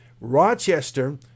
Rochester